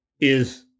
is-